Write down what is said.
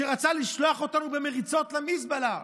שרצה לשלוח אותנו במריצות למזבלה,